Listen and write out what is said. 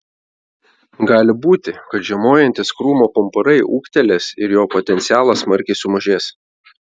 gali būti kad žiemojantys krūmo pumpurai ūgtelės ir jo potencialas smarkiai sumažės